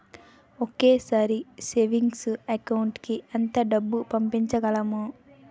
ఒకేసారి savings account కి ఎంత డబ్బు పంపించగలము?